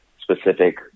specific